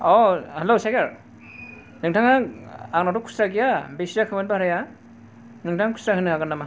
अ हेल' सेखर नोंथाङा आंनावथ' खुस्रा गैया बेसे जाखोमोन भाराया नोंथाङा खुस्रा होनो हागोन नामा